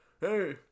Hey